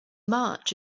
march